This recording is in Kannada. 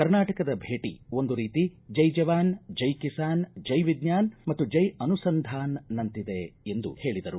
ಕರ್ನಾಟಕದ ಭೇಟ ಒಂದು ರೀತಿ ಜೈ ಜವಾನ್ ಜೈ ಕಿಸಾನ್ ಜೈ ವಿಜ್ಞಾನ್ ಮತ್ತು ಜೈ ಅನುಸಂಧಾನನಚಿತಿದೆ ಎಂದು ಹೇಳಿದರು